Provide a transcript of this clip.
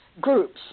groups